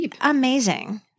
amazing